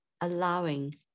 allowing